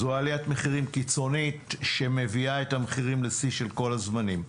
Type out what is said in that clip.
זו עליית מחירים קיצונית שמביאה את המחירים לשיא של כל הזמנים.